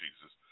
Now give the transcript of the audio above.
Jesus